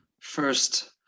first